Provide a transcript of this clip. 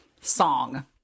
song